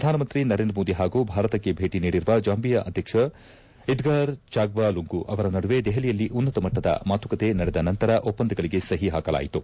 ಪ್ರಧಾನಮಂತ್ರಿ ನರೇಂದ್ರ ಮೋದಿ ಹಾಗೂ ಭಾರತಕ್ಕೆ ಭೇಟಿ ನೀಡಿರುವ ಜಾಂಭಿಯಾ ಅಧ್ಯಕ್ಷ ಇದ್ಗಾರ್ ಚಾಗ್ವಾ ಲುಂಗು ಅವರ ನಡುವೆ ದೆಹಲಿಯಲ್ಲಿ ಉನ್ನತ ಮಟ್ಟದ ಮಾತುಕತೆ ನಡೆದ ನಂತರ ಒಪ್ಪಂದಗಳಿಗೆ ಸಹಿ ಹಾಕಿಲಾಯಿತು